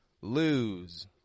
lose